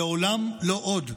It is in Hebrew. "לעולם לא עוד",